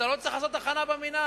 אתה לא צריך לעשות תחנה במינהל.